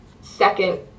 second